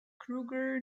kruger